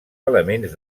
elements